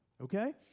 Okay